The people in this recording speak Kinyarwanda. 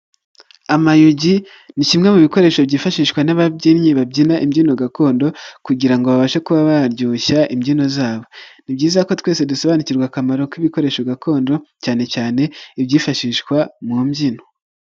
Amayogi, ni kimwe mu bikoresho byifashishwa n'ababyinnyi babyina imbyino gakondo kugira ngo babashe kuba baryoshya imbyino zabo. Ni byiza ko twese dusobanukirwa akamaro k'ibikoresho gakondo cyane cyane ibyifashishwa mu mbyino.